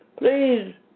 Please